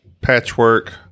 patchwork